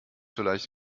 vielleicht